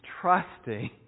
trusting